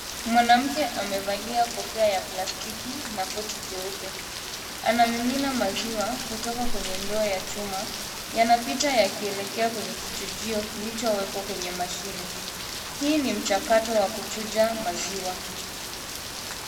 Mwanamke amevalia kofia la plastiki na koti jeupe. Anamiminamaziwa kutoka kwa ndoo ya chuma. Yanapita yakielekea kwenye kichujio kilichowekwa kwenye mashine. Hii ni mchakato ya kuchunja maziwa.